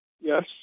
Yes